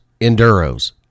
enduro's